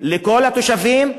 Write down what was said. לכל התושבים,